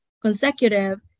consecutive